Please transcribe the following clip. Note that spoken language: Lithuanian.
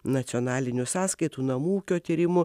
nacionalinių sąskaitų namų ūkio tyrimų